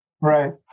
Right